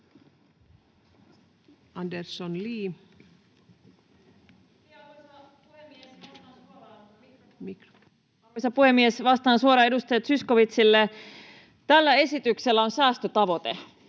Content: Arvoisa puhemies! Vastaan suoraan edustaja Zyskowiczille. Tällä esityksellä on säästötavoite,